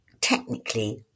technically